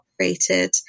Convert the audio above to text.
operated